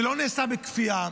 זה לא נעשה בכפייה,